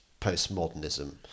postmodernism